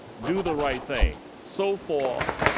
do the right thing. so far,